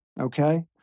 okay